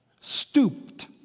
Stooped